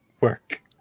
work